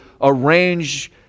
arrange